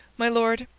my lord,